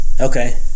Okay